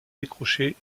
décroché